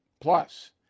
Plus